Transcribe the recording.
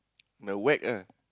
whack ah